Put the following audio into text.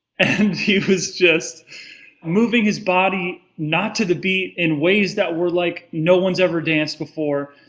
and he was just moving his body, not to the beat in ways that were like, no one's ever danced before,